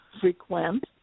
frequent